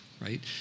right